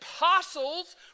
apostles